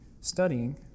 studying